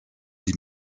die